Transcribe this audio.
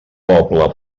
poble